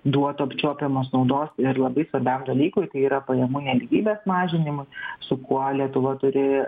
duotų apčiuopiamos naudos ir labai svarbiam dalykui tai yra pajamų nelygybės mažinimui su kuo lietuva turi